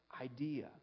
idea